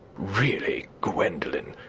really, gwendolen,